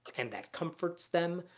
and that comforts them,